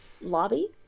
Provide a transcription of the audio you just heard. lobby